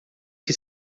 que